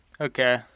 Okay